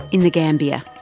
in the gambia,